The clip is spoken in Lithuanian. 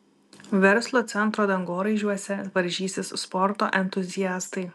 verslo centro dangoraižiuose varžysis sporto entuziastai